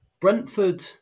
Brentford